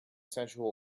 sensual